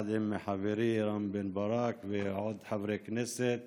יחד עם חברי רם בן ברק ועוד חברי כנסת